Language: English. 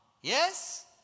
Yes